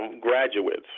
graduates